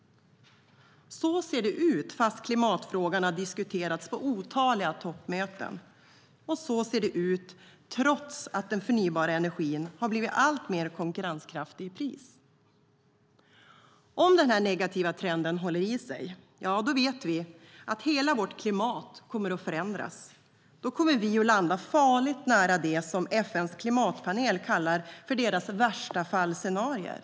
Så ser det ut fast klimatfrågan har diskuteras på otaliga toppmöten. Och så ser det ut trots att den förnybara energin har blivit allt mer konkurrenskraftig i pris. Om denna negativa trend håller i sig vet vi att hela vårt klimat kommer att förändras. Då kommer vi att landa farligt nära det som FN:s klimatpanel kallar för värsta-fall-scenarier.